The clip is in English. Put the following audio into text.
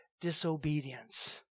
disobedience